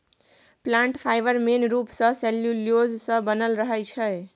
plant fibre मेन रुप सँ सेल्युलोज सँ बनल रहै छै